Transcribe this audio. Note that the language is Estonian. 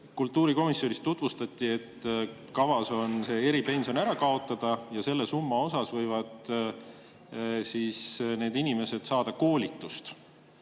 Kultuurikomisjonis tutvustati, et kavas on eripension ära kaotada ja selle summa ulatuses võiksid need inimesed saada koolitust.